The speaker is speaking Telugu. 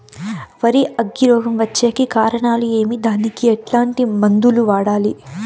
వరి అగ్గి రోగం వచ్చేకి కారణాలు ఏమి దానికి ఎట్లాంటి మందులు వాడాలి?